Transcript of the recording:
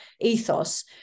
ethos